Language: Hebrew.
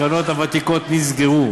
הקרנות הוותיקות נסגרו,